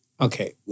Okay